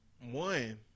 One